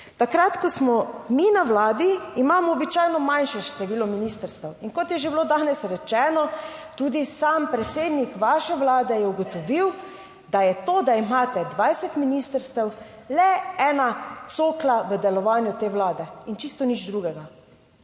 Takrat, ko smo mi na vladi, imamo običajno manjše število ministrstev. In kot je že bilo danes rečeno, tudi sam predsednik vaše vlade je ugotovil, da je to, da imate 20 ministrstev, le ena cokla v delovanju te vlade in čisto nič drugega,